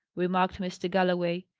remarked mr. galloway.